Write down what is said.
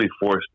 forced